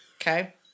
okay